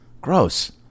Gross